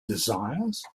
desires